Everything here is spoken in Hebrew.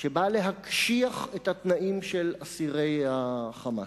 שבאה להקשיח את התנאים של אסירי ה"חמאס",